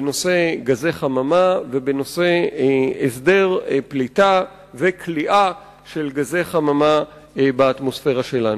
בנושא גזי חממה ובנושא הסדר פליטה וכליאה של גזי חממה באטמוספירה שלנו.